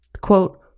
Quote